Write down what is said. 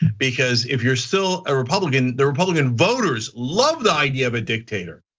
because if you're still a republican, the republican voters love the idea of a dictator.